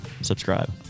subscribe